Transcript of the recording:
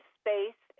space